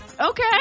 Okay